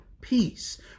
peace